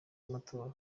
w’amatora